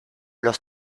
los